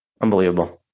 Unbelievable